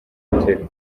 airtel